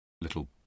little